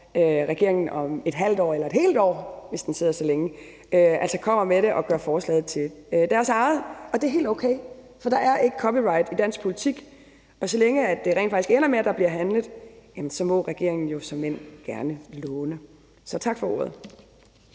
regeringen om et halvt år eller et helt år, hvis den sidder så længe, kommer og gør forslaget til deres eget. Det er helt okay, for der er ikke copyright i dansk politik, og så længe det rent faktisk ender med, at der bliver handlet, må regeringen såmænd gerne låne. Tak for ordet.